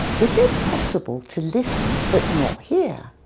is it possible to listen, but not hear?